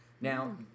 Now